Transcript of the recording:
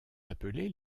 appelés